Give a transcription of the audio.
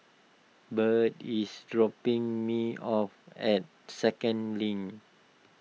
Birt is dropping me off at Second Link